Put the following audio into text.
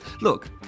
Look